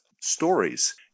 stories